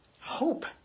hope